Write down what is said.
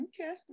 Okay